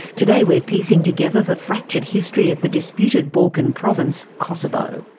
today we're piecing together the fractured history of the disputed balkan province, kosovo.